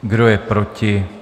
Kdo je proti?